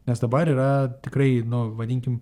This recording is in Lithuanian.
nes dabar yra tikrai nu vadinkim